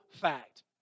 fact